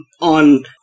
on